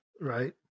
Right